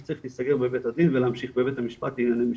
התיק צריך להסגר בבית הדין ולהמשיך בבית המשפט לענייני משפחה.